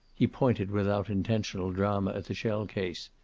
he pointed, without intentional drama, at the shell-case.